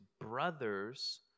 brothers